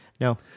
No